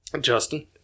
Justin